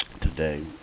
today